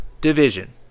division